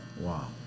Wow